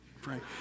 Frank